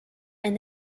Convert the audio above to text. and